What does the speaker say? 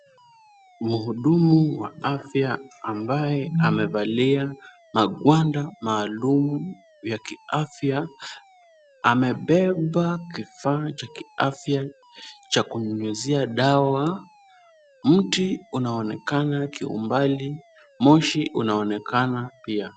Mhudumu wa afya ambaye amevalia magwanda maalum ya kiafya, amebeba kifaa cha kiafya cha kunyunyizia dawa. Mti unaonekana kiumbali. Moshi unaonekana pia.